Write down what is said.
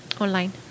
Online